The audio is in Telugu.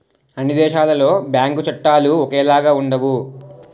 అన్ని దేశాలలో బ్యాంకు చట్టాలు ఒకేలాగా ఉండవు